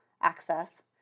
access